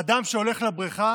אדם שהולך לבריכה